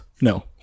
No